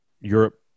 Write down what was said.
Europe